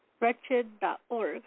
Wretched.org